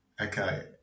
Okay